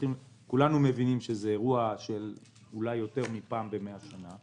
כולנו מבינים שזה אירוע של יותר מפעם במאה שנה